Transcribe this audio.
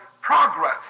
progress